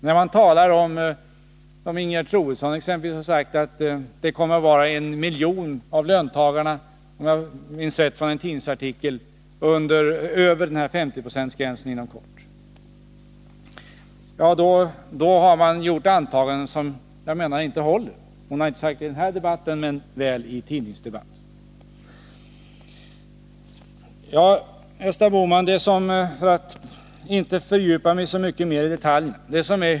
När man, som Ingegerd Troedsson exempelvis har gjort i en tidningsartikel, talar om att det kommer att vara en miljon löntagare — om jag minns rätt — som inom kort når över gränsen för 50 76 marginalskatt, har man gjort antaganden som inte håller. Ingegerd Troedsson har inte sagt detta i den här debatten men väl i tidningsdebatten. Jag skall inte fördjupa mig mycket mer i detaljer.